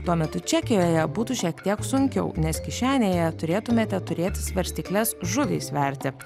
tuo metu čekijoje būtų šiek tiek sunkiau nes kišenėje turėtumėte turėti svarstykles žuviai sverti